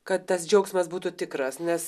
kad tas džiaugsmas būtų tikras nes